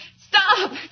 Stop